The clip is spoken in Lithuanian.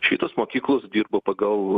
šitos mokyklos dirba pagal